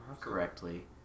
correctly